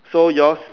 so yours